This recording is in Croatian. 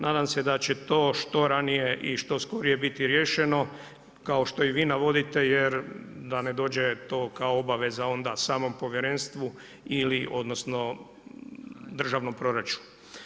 Nadam se da će to što ranije i što skorije biti riješeno, kao što i vi navodite, jer da ne dođe to kao obaveza, onda samom povjerenstvu ili, odnosno, državnom proračunu.